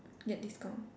get discount